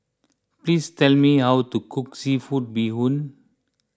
please tell me how to cook Seafood Bee Hoon